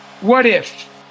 What-if